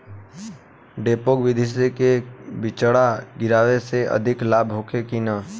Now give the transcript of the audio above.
डेपोक विधि से बिचड़ा गिरावे से अधिक लाभ होखे की न?